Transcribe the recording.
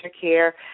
care